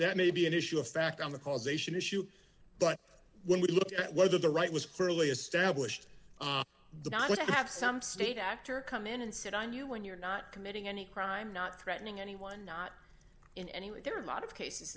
that may be an issue of fact on the causation issue but when we looked at whether the right was clearly established not to have some state actor come in and sit on you when you're not committing any crime not threatening anyone not in any way there are a lot of cases